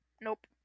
Nope